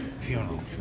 Funeral